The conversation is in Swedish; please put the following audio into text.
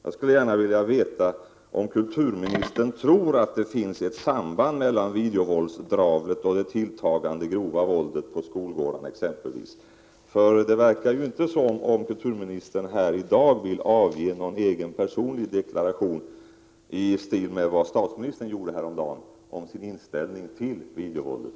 Jag skulle gärna vilja veta om kulturministern tror att det finns ett samband mellan videovåldsdravlet och det tilltagande grova våldet, exempelvis våldet på skolgårdarna. Det verkar inte som om kulturministern i dag vill ge någon personlig deklaration i stil med den som statsministern lämnade häromdagen om sin inställning till videovåldet.